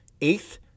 eighth